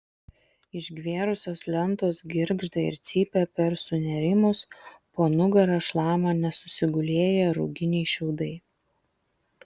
išgverusios lentos girgžda ir cypia per sunėrimus po nugara šlama nesusigulėję ruginiai šiaudai